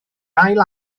ail